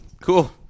Cool